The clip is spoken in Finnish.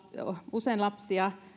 usein lapsia